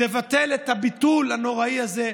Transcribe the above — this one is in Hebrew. תבטל את הביטול הנוראי הזה.